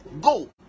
Go